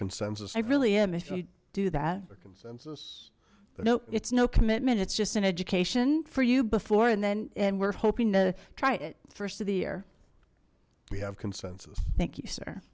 consensus i really am if you do that no it's no commitment it's just an education for you before and then and we're hoping to try it first of the year we have consensus thank you sir